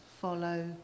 follow